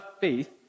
faith